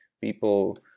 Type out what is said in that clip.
people